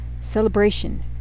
celebration